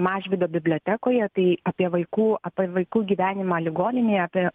mažvydo bibliotekoje tai apie vaikų apie vaikų gyvenimą ligoninėje apie